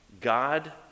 God